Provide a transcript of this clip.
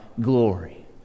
glory